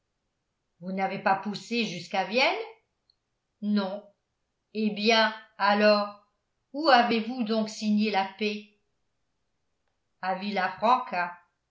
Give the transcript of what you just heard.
vous n'avez pas poussé jusqu'à vienne non eh bien alors où avez-vous donc signé la paix à